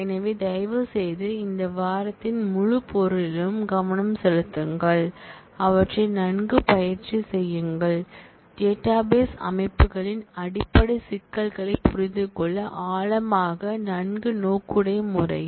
எனவே தயவுசெய்து இந்த வாரத்தின் முழுப் பொருளிலும் அதிக கவனம் செலுத்துங்கள் அவற்றை நன்கு பயிற்சி செய்யுங்கள் டேட்டாபேஸ் அமைப்புகளின் அடிப்படை சிக்கல்களைப் புரிந்து கொள்ள ஆழமாக நன்கு நோக்குடைய முறையில்